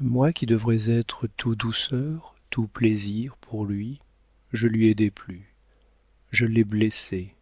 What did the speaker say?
moi qui devrais être tout douceur tout plaisir pour lui je lui ai déplu je l'ai blessé